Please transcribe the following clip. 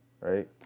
right